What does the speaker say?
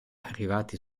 arrivati